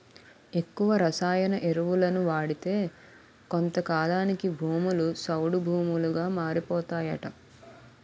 ఎక్కువ రసాయన ఎరువులను వాడితే కొంతకాలానికి భూములు సౌడు భూములుగా మారిపోతాయట